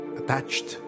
attached